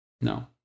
no